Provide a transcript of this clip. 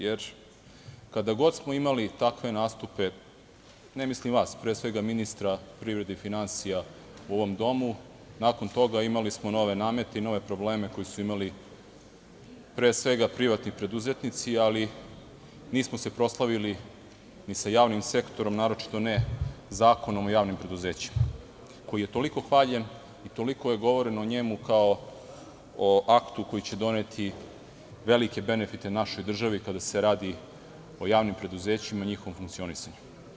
Jer, kada god smo imali takve nastupe, ne mislim vas, već pre svega ministra privrede i finansija u ovom domu, nakon toga smo imali nove namete i nove probleme koji su imali privatni preduzetnici, ali nismo se proslavili ni sa javnim sektorom, naročito ne Zakonom o javnim preduzećima, koji je toliko hvaljen i toliko je govoreno o njemu kao o aktu koji će doneti velike benefite našoj državi, kada se radi o javnim preduzećima i njihovom funkcionisanju.